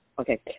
Okay